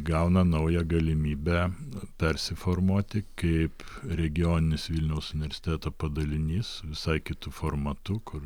gauna naują galimybę persiformuoti kaip regioninis vilniaus universiteto padalinys visai kitu formatu kur